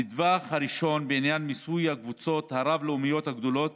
הנדבך הראשון בעניין מיסוי הקבוצות הרב-לאומיות הגדולות